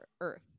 earth